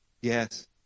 Yes